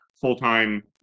full-time